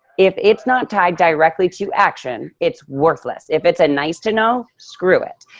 if it's not tied directly to action, it's worthless. if it's a nice to know, screw it.